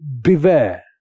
beware